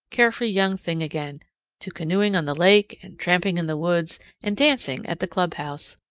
carefree young thing again to canoeing on the lake and tramping in the woods and dancing at the clubhouse.